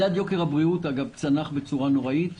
אגב מדד יוקר הבריאות צנח בצורה נוראית,